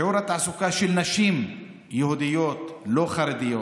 שיעור התעסוקה של נשים יהודיות לא חרדיות